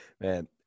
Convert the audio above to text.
Man